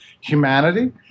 humanity